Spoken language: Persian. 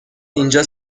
اینجا